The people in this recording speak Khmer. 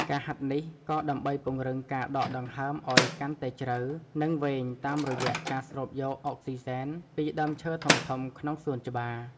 ការហាត់នេះ ក៏ដើម្បីពង្រឹងការដកដង្ហើមឱ្យកាន់តែជ្រៅ និងវែងតាមរយៈការស្រូបយកអុកស៊ីសែនពីដើមឈើធំៗក្នុងសួនច្បារ។